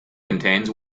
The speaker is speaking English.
contains